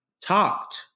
talked